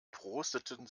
prosteten